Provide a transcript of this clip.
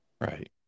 Right